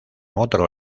otro